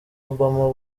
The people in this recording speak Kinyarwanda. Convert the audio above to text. obama